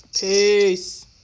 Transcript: Peace